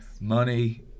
Money